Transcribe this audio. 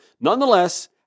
Nonetheless